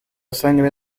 sangre